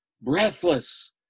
breathless